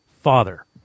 father